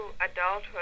adulthood